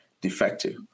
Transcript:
defective